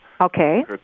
Okay